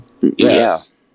Yes